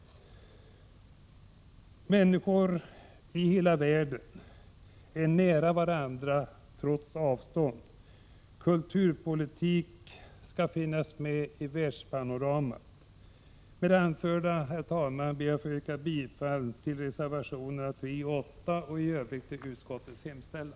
Människor i hela världen är nära varandra trots avstånd. Kulturpolitik skall finnas med i världspanoramat. Med det anförda, herr talman, ber jag att få yrka bifall till reservationerna 3 och 8 och i övrigt till utskottets hemställan.